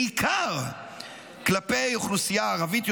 בעיקר כלפי האוכלוסייה הערבית,